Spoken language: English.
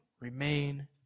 Remain